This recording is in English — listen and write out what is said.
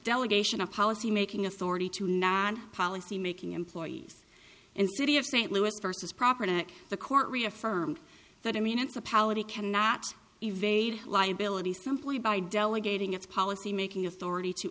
delegation of policy making authority to non policymaking employees in the city of st louis versus proper to the court reaffirmed that i mean it's a power he cannot evade liability simply by delegating its policy making authority to